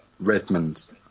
Redmond